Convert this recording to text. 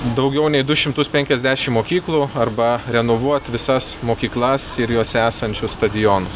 daugiau nei du šimtus penkiasdešim mokyklų arba renovuot visas mokyklas ir jose esančius stadionus